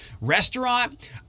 Restaurant